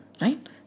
Right